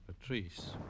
Patrice